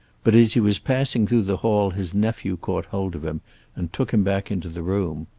but as he was passing through the hall his nephew caught hold of him and took him back into the room.